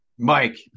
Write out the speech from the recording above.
Mike